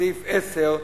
בסעיף 10,